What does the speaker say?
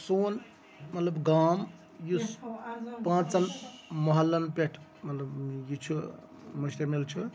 سون مطلب گام یُس پانٛژَن محلَن پٮ۪ٹھ مطلب یہِ چھُ مُشتمِل چھُ